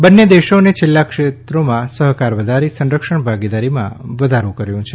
બંને દેશોને છેલ્લા ક્ષેત્રોમાં સહકાર વધારી સંરક્ષણ ભાગીદારીમાં વધારો કર્યો છે